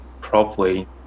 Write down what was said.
properly